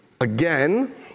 Again